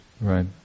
right